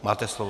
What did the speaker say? Máte slovo.